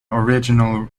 original